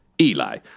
Eli